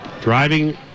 driving